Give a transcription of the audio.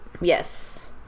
Yes